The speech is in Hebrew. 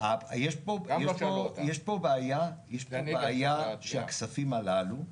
יש פה בעיה שהכספים הללו,